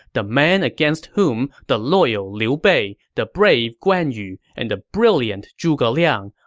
the man against whom the loyal liu bei, the brave guan yu and the brilliant zhuge liang,